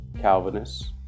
Calvinists